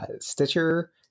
Stitcher